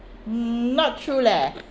mm not true leh